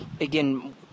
again